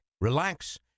relax